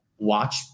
Watch